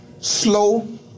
slow